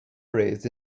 raised